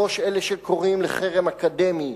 בראש אלה שקוראים לחרם אקדמי,